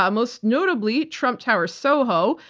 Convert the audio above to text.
um most notably trump tower soho,